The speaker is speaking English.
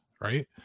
right